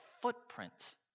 footprint